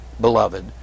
beloved